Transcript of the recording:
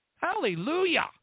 Hallelujah